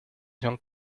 son